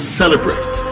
celebrate